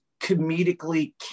comedically